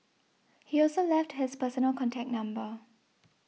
he also left his personal contact number